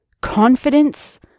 confidence